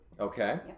Okay